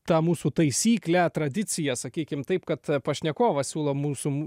tą mūsų taisyklę tradiciją sakykim taip kad pašnekovas siūlo mūsų